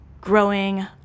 growing